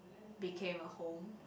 became a home